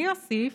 אני אוסיף